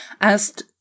asked